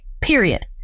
period